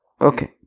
Okay